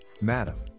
madam